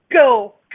go